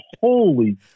holy